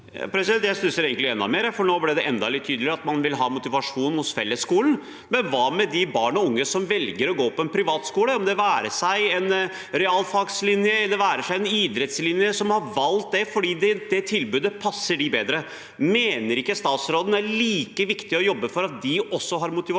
Jeg stusser egentlig enda mer, for nå ble det enda litt tydeligere at man vil ha motivasjon i fellesskolen, men hva med de barn og unge som velger å gå på en privatskole, det være seg en realfagslinje eller en idrettslinje, og som har valgt det fordi det tilbudet passer dem bedre? Mener ikke statsråden det er like viktig å jobbe for motivasjon